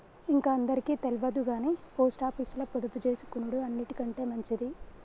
ఇంక అందరికి తెల్వదుగని పోస్టాపీసుల పొదుపుజేసుకునుడు అన్నిటికంటె మంచిది